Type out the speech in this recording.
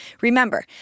Remember